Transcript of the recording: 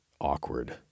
awkward